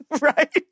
right